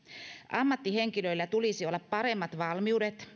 ammattihenkilöillä tulisi olla paremmat valmiudet